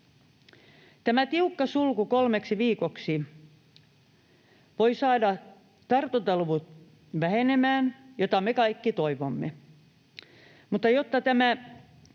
Tämä tiukka sulku kolmeksi viikoksi voi saada tartuntaluvut vähenemään, mitä me kaikki toivomme,